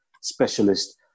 specialist